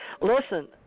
Listen